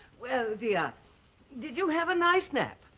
well dear did you have a nice nap?